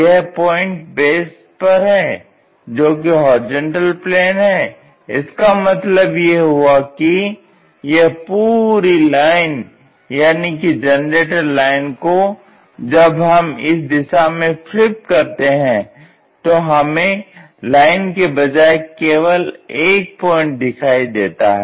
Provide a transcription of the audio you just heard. यह point base पर है जोकि होरिजेंटल प्लेन पर है इसका मतलब यह हुआ कि यह पूरी लाइन यानी कि जनरेटर लाइन को जब हम इस दिशा में फ्लिप करते हैं तो हमें लाइन की बजाय केवल एक पॉइंट दिखाई देता है